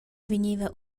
vegneva